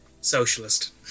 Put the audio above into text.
Socialist